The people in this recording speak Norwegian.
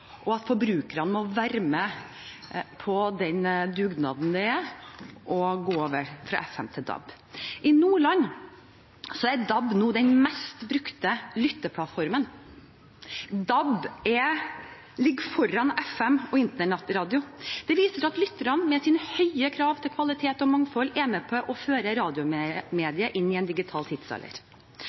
og at forbrukerne må være med på den dugnaden det er å gå over fra FM til DAB. I Nordland er DAB nå den mest brukte lytteplattformen. DAB ligger foran FM og internettradio. Det viser seg at lytterne, med sine høye krav til kvalitet og mangfold, er med på å føre radiomediet inn i en digital